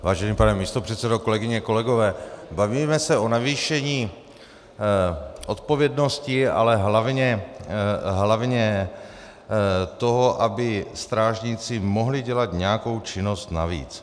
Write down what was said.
Vážený pane místopředsedo, kolegyně, kolegové, bavíme se o navýšení odpovědnosti, ale hlavně toho, aby strážníci mohli dělat nějakou činnost navíc.